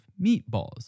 meatballs